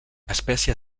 espècie